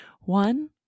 One